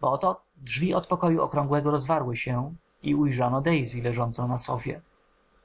bo oto drzwi od pokoju okrągłego rozwarły się i ujrzano daisy leżącą na sofie